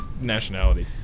nationality